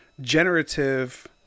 generative